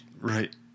Right